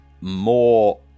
more